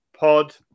Pod